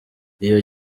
iyo